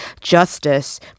justice